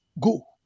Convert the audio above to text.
go